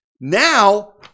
now